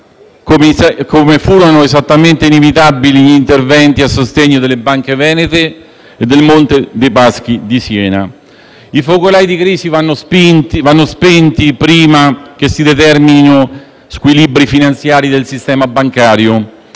inevitabile, esattamente come inevitabili furono gli interventi a sostegno delle Banche venete e di Monte dei Paschi di Siena. I focolai di crisi vanno spenti prima che si determinino squilibri finanziari del sistema bancario.